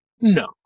No